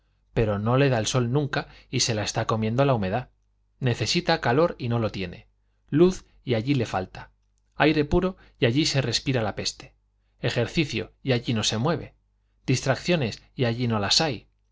pero no le da el sol nunca y se la está comiendo la humedad necesita calor y no lo tiene luz y allí le falta aire puro y allí se respira la peste ejercicio y allí no se mueve distracciones y allí no las hay